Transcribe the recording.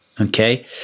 Okay